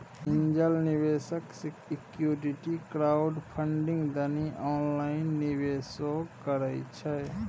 angel निवेशक equity crowdfunding दनी online निवेशो करइ छइ